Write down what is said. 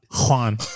Juan